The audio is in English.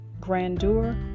grandeur